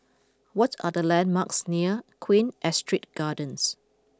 what are the landmarks near Queen Astrid Gardens